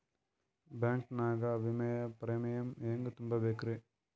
Bank ನಾಗ ವಿಮೆಯ premium ಹೆಂಗ್ ತುಂಬಾ ಬೇಕ್ರಿ?